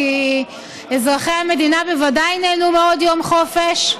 כי אזרחי המדינה בוודאי נהנו מעוד יום חופש,